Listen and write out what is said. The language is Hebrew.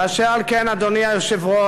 ואשר על כן, אדוני היושב-ראש,